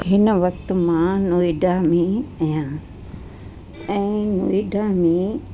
हिन वक़्त मां नोएडा में आहियां ऐं नोएडा में